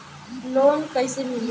Loan कइसे मिली?